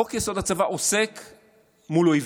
חוק-יסוד: הצבא הוא מול אויבים,